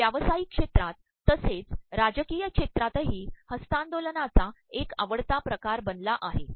हे व्यवसातयक क्षेरात तसेच राजकीय क्षेरातही हस्त्तांदोलनाचा एक आवडता िकार बनला आहे